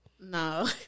No